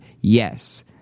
Yes